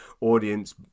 audience